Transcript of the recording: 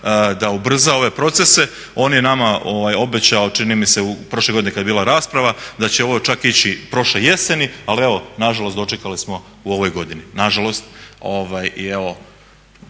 da ubrza ove procese. On je nama obećao čini mi se prošle godine kad je bila rasprava da će ovo čak ići prošle jeseni ali evo nažalost dočekali smo u ovoj godini, nažalost.